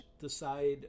decide